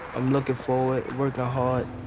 i'm looking forward, working hard.